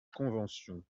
convention